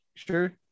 Sure